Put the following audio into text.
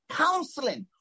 counseling